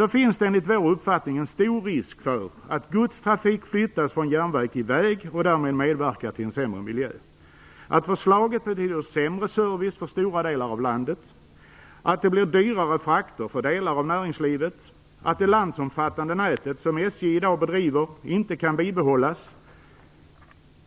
Det finns enligt vår uppfattning en stor risk för att godstrafik flyttas från järnväg till väg - detta medverkar till en sämre miljö - att förslaget betyder sämre service för stora delar av landet, att det blir dyrare frakter för delar av näringslivet och att det landsomfattande nät som SJ i dag driver inte kan bibehållas.